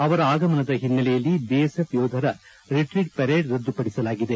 ಅವರ ಆಗಮನದ ಹಿನ್ನೆಲೆಯಲ್ಲಿ ಬಿಎಸ್ಎಫ್ ಯೋಧರ ರಿಟ್ರೀಟ್ ಪೆರೇಡ್ ರದ್ದುಪಡಿಸಲಾಗಿದೆ